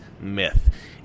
myth